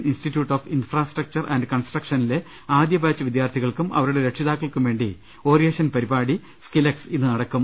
institute of infrastructure and കൺസ്ട്രക്ഷനിലെ ആദ്യബാച്ച് വിദ്യാർഥികൾക്കും അവരുടെ രക്ഷിതാക്കൾക്കും വേണ്ടി ഓറിയന്റേഷൻ പരിപാടി സ്കിലെക്സ് ഇന്ന് നടക്കും